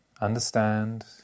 understand